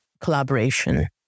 collaboration